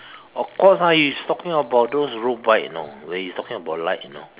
of course ah he's talking about those road bike you know when he's talking about light you know